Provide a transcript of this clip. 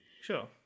Sure